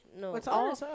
no